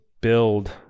build